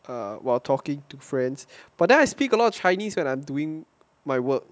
while talking to friends but then I speak a lot of chinese when I'm doing my work